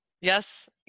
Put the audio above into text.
Yes